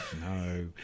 No